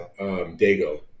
Dago